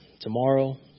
Tomorrow